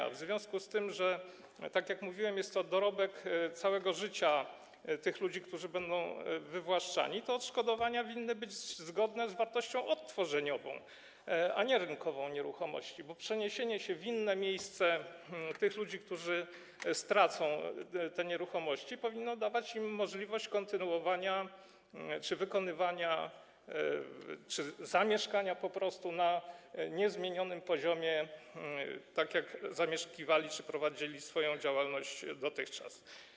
A w związku z tym, że jest to, tak jak mówiłem, dorobek całego życia ludzi, którzy będą wywłaszczani, odszkodowania winny być zgodne z wartością odtworzeniową, a nie wartością rynkową nieruchomości, bo przeniesienie się w inne miejsce ludzi, którzy stracą te nieruchomości, powinno dawać im możliwość kontynuowania czy wykonywania działalności, czy zamieszkania na niezmienionym poziomie, tak jak zamieszkiwali czy prowadzili swoją działalność dotychczas.